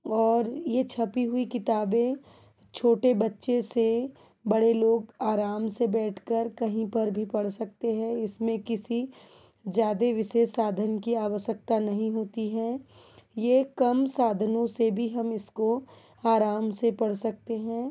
और यह छपी हुई किताबें छोटे बच्चे से बड़े लोग आराम से बैठ कर कहीं पर भी पढ़ सकते है इसमें किसी ज़्यादे विशेष साधन की आवश्यकता नहीं होती है यह कम साधनों से भी हम इसको आराम से पढ़ सकते हैं